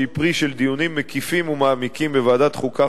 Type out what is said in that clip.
שהיא פרי של דיונים מקיפים ומעמיקים בוועדת החוקה,